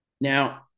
Now